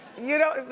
you know,